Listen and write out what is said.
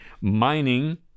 Mining